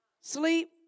sleep